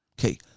Okay